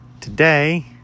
today